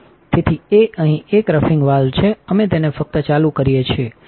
તેથી તે અહીં એક રફિંગ વાલ્વ છે અમે તેને ફક્ત ચાલુ કરીએ છીએ